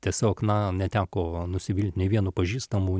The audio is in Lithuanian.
tiesiog na neteko nusivilt nei vienu pažįstamu